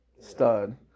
stud